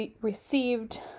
received